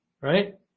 right